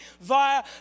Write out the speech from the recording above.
via